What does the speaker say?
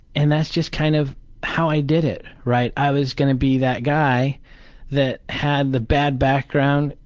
and that's just kind of how i did it, right? i was gonna be that guy that had the bad background,